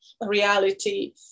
reality